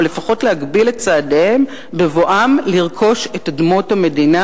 או לפחות להגביל את צעדיהם בבואם לרכוש את אדמות המדינה,